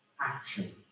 action